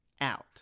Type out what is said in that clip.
out